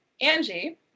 Angie